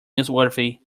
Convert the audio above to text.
newsworthy